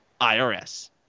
IRS